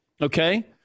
okay